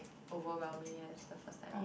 overwhelming as the first time